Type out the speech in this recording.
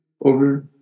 over